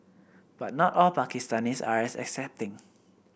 but not all Pakistanis are as accepting